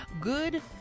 good